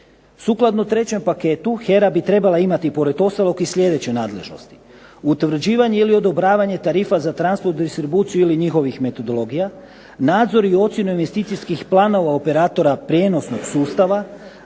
Sukladno trećem paketu HERA bi trebala imati pored ostalog i sljedeće nadležnosti: utvrđivanje ili odobravanje tarifa za …/Ne razumije se./… distribuciju ili njihovih metodologija, nadzor i ocjenu investicijskih planova operatora prijenosnog sustava,